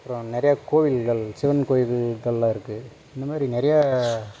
அப்புறம் நிறையா கோவில்கள் சிவன் கோயில்கள்லாம் இருக்கு இந்த மாதிரி நிறையா